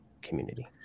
community